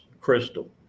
crystal